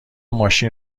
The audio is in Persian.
ماشین